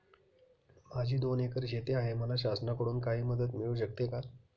माझी दोन एकर शेती आहे, मला शासनाकडून काही मदत मिळू शकते का?